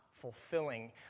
fulfilling